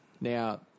Now